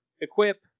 equip